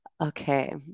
Okay